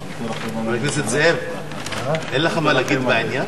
חבר הכנסת זאב, אין לך מה להגיד בעניין?